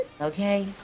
Okay